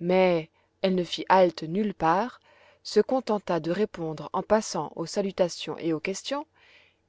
mais elle ne fit halte nulle part se contenta de répondre en passant aux salutations et aux questions